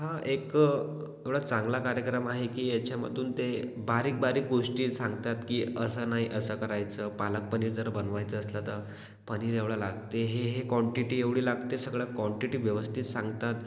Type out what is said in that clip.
हा एक एवढा चांगला कार्यक्रम आहे की याच्यामधून ते बारीक बारीक गोष्टी सांगतात की असं नाही असं करायचं पालक पनीर जर बनवायचं असलं तर पनीर एवढं लागते हे हे कॉंटिटी एवढी लागते सगळं कॉंटिटी व्यवस्थित सांगतात